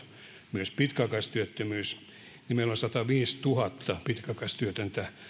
myös pitkäaikaistyöttömyys onneksi on taittunut sataviisituhatta pitkäaikaistyötöntä